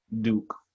Duke